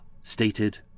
stated